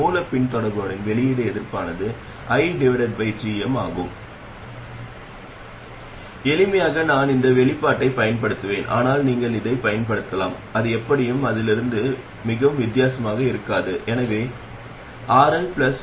மின்தடை சுமையுடன் கூடிய மின்னழுத்தக் கட்டுப்படுத்தப்பட்ட மின்னோட்டம் நான் குறிப்பிட்டுள்ளபடி மின்னழுத்த வெளியீட்டில் இது பயன்படுத்தப்படுகிறது இது போல் தெரிகிறது இது gm மற்றும் இந்த அளவு vgs இவை MOS டிரான்சிஸ்டரின் வடிகால் கேட் மற்றும் மூல முனையங்கள்